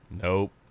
nope